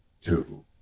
two